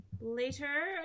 Later